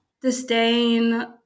disdain